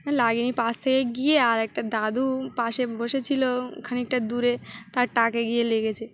হ্যাঁ লাগেনি পাশ থেকে গিয়ে আর একটা দাদু পাশে বসেছিল খানিকটা দূরে তার টাকে গিয়ে লেগেছে